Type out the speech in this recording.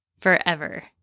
forever